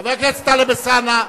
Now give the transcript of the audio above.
חבר הכנסת טלב אלסאנע,